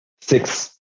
six